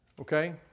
Okay